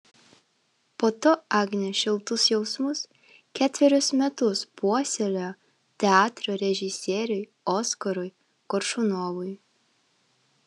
po to agnė šiltus jausmus ketverius metus puoselėjo teatro režisieriui oskarui koršunovui